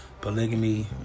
polygamy